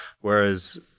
Whereas